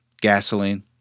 gasoline